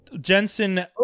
Jensen